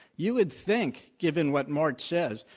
you would think, given what mort says,